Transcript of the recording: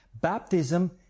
Baptism